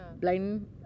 Blind